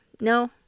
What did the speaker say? No